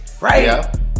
right